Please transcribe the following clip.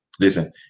Listen